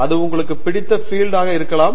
அது உங்களுக்கு பிடித்த பீல்ட்ல் இருக்கலாம்